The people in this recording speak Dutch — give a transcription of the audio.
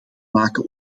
maken